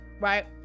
right